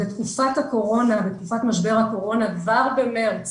בתקופת משבר הקורונה, כבר במרס